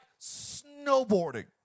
snowboarding